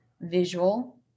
visual